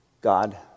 god